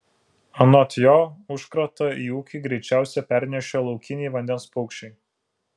anot jo užkratą į ūkį greičiausiai pernešė laukiniai vandens paukščiai